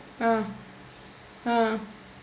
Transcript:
ah ah